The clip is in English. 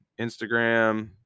Instagram